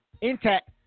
intact